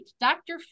Dr